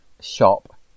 shop